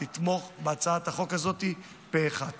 לכולם, לתמוך בהצעת החוק הזאת פה אחד.